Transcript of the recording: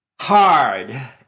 Hard